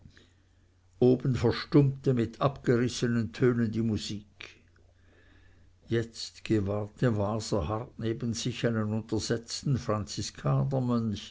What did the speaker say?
oben verstummte mit abgerissenen tönen die musik jetzt gewahrte waser hart neben sich einen untersetzten